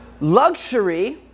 Luxury